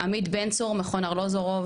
עמית בן צור, מכון ארלוזורוב.